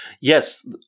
Yes